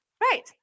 Right